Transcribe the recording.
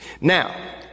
Now